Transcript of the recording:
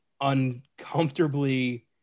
uncomfortably